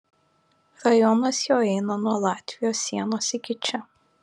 rajonas jo eina nuo latvijos sienos iki čia